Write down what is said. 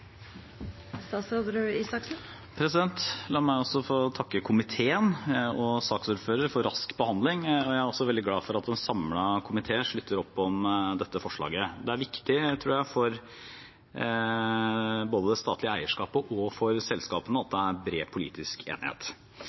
også veldig glad for at en samlet komité slutter opp om dette forslaget. Det er viktig, tror jeg, både for det statlige eierskapet og for selskapene, at det er bred politisk enighet.